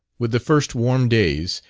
with the first warm days,